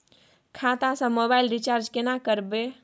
खाता स mobile recharge केना करबे?